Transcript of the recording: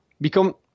become